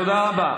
תודה רבה.